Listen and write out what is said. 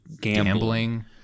gambling